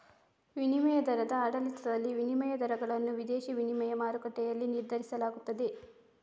ವಿನಿಮಯ ದರದ ಆಡಳಿತದಲ್ಲಿ, ವಿನಿಮಯ ದರಗಳನ್ನು ವಿದೇಶಿ ವಿನಿಮಯ ಮಾರುಕಟ್ಟೆಯಲ್ಲಿ ನಿರ್ಧರಿಸಲಾಗುತ್ತದೆ